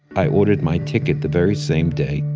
i ordered my ticket the very same day,